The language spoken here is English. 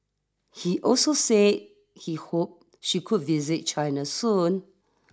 he also say he hoped she could visit China soon